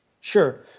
sure